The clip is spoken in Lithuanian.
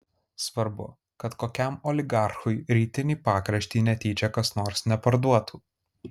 svarbu kad kokiam oligarchui rytinį pakraštį netyčia kas nors neparduotų